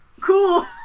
cool